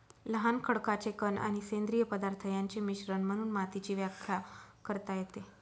लहान खडकाचे कण आणि सेंद्रिय पदार्थ यांचे मिश्रण म्हणून मातीची व्याख्या करता येते